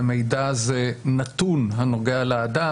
ומידע זה נתון הנוגע לאדם,